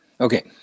Okay